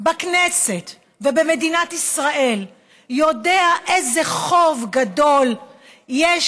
בכנסת ובמדינת ישראל יודע איזה חוב גדול יש